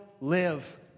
live